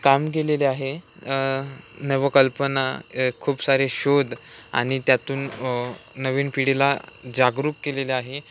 काम केलेले आहे नवकल्पना खूप सारे शोध आणि त्यातून नवीन पिढीला जागरूक केलेले आहे